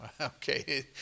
Okay